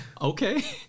okay